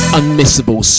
unmissable